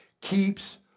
keeps